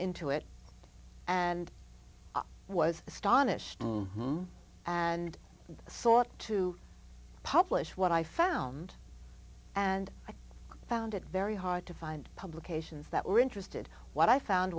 into it and was astonished and sort to publish what i found and i found it very hard to find publications that were interested what i found